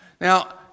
Now